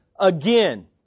Again